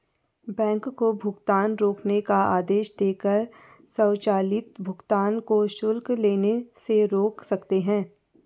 bank को भुगतान रोकने का आदेश देकर स्वचालित भुगतान को शुल्क लेने से रोक सकते हैं